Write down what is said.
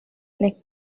les